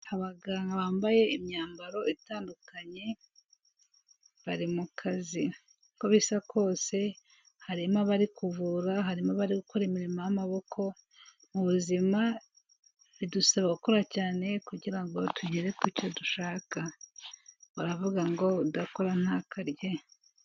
Abaganga bambaye imyambaro itandukanye bari mu kazi, uko bisa kose harimo abari kuvura, harimo aba gukora imirimo y'amaboko, mu buzima bidusaba gukora cyane kugira ngo tugere ku cyo dushaka. Baravuga ngo: "udakora ntakarye".